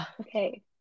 Okay